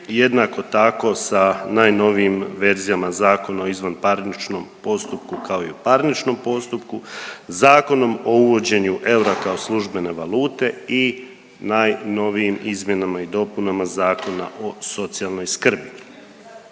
jednako tako sa najnovijim verzijama Zakona o izvanparničnom postupku kao i o parničnom postupku, Zakonom o uvođenju eura kao službene valute i najnovijim izmjenama i dopunama Zakona o socijalnoj skrbi.